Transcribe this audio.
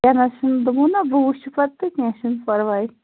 کیٚنٛہہ نہَ حظ چھُنہٕ دوٚپمو نا بہٕ وُچھٕ پتہٕ کیٚنٛہہ چھُنہٕ پَرواے